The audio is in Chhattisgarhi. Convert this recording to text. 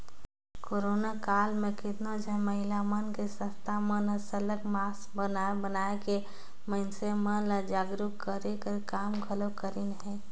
करोना काल म केतनो झन महिला मन के संस्था मन हर सरलग मास्क बनाए बनाए के मइनसे मन ल जागरूक करे कर काम घलो करिन अहें